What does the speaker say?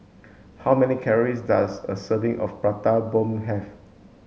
how many calories does a serving of Prata Bomb have